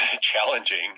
challenging